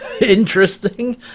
interesting